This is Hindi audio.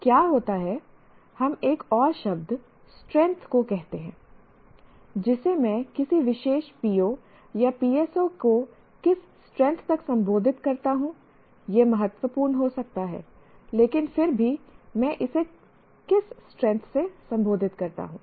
तो क्या होता है हम एक और शब्द स्ट्रैंथ को कहते हैं जिसे मैं किसी विशेष PO या PSO को किस स्ट्रैंथ तक संबोधित करता हूं यह महत्वपूर्ण हो सकता है लेकिन फिर भी मैं इसे किस स्ट्रैंथ से संबोधित करता हूं